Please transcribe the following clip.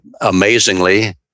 amazingly